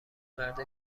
مرد